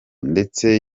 ndetse